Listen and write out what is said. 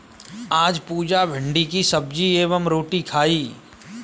आज पुजा भिंडी की सब्जी एवं रोटी खाई